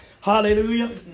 Hallelujah